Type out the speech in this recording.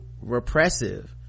repressive